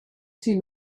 two